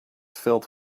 filled